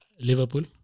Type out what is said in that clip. Liverpool